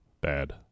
Bad